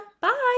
Bye